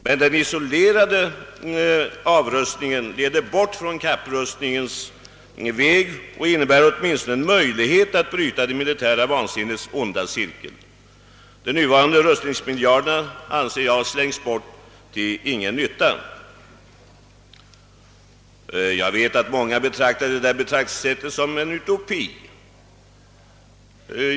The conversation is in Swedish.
Men den isolerade avrustningen leder bort från kapprustningens väg och innebär åtminstone en möjlighet att bryta det militära vansinnets onda cirkel. Jag anser att de nuvarande rustningsmiljarderna slängs bort till ingen nytta. Jag vet att många betraktar detta synsätt som en utopi.